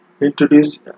introduce